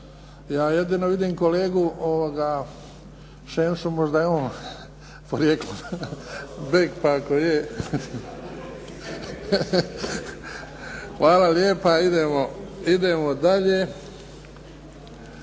Ja jedino vidim kolegu Šemsu možda je on porijeklom beg, pa ako je. Hvala lijepa. Idemo dalje.